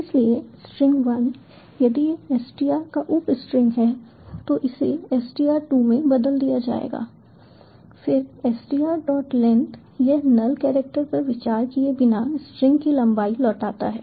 इसलिए स्ट्रिंग 1 यदि यह str का उप स्ट्रिंग है तो इसे str 2 से बदल दिया जाएगा फिर str length यह नल कैरेक्टर पर विचार किए बिना स्ट्रिंग की लंबाई लौटाता है